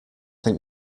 think